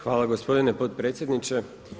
Hvala gospodine potpredsjedniče.